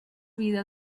vida